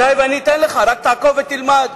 אני אתן לך, רק תעקוב ותלמד.